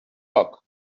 poc